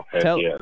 Tell